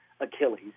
Achilles